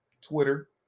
Twitter